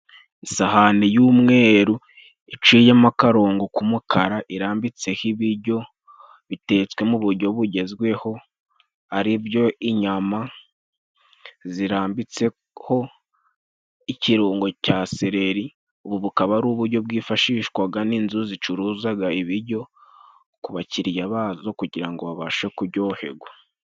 Isahani y'umweru iciyemo akarongo k'umukara, irambitseho ibijyo bitetswe mu bujyo bugezweho aribyo: inyama zirambitse ko ikirungo cya seleri, ubu bukaba ari ubujyo bwifashishwaga n'inzu zicuruzaga ibijyo ku bakiriya bazo kugira ngo babashe kujyohegwa.